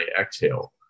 exhale